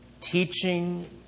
teaching